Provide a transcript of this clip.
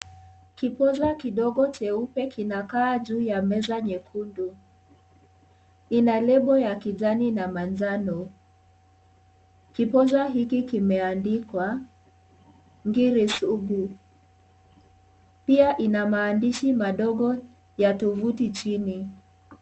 Kipoza kidogo cheupe kinakaa juu ya meza nyekundu, ina label ya kijani na manjano, kipoza hiki kimeandikwa ngiri sugu pia ina maandishi madogo ya tovuti chini.